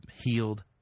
healed